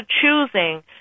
choosing